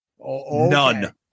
None